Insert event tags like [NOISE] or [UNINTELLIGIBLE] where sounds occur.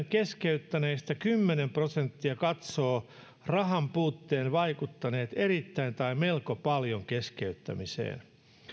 [UNINTELLIGIBLE] keskeyttäneistä kymmenen prosenttia katsoo rahanpuutteen vaikuttaneen erittäin tai melko paljon keskeyttämiseen